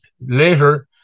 later